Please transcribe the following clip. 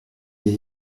des